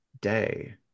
day